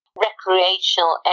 recreational